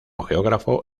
geógrafo